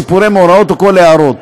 סיפורי מאורעות או כל הערות,